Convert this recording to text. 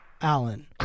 Allen